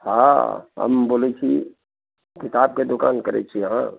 हँ हम बोलै छी किताबके दोकान करै छी अहाँ